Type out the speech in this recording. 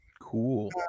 Cool